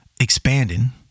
expanding